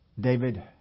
David